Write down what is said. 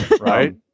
Right